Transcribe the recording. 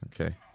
okay